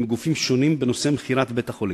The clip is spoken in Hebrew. גופים שונים בנושא מכירת בית-החולים,